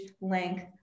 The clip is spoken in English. length